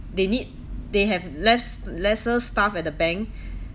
they need they have less lesser staff at the bank